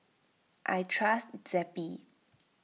I trust Zappy